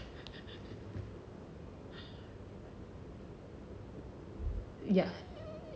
ya